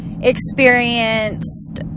experienced